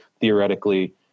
theoretically